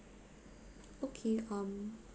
okay um